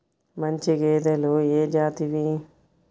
మంచి గేదెలు ఏ జాతివి?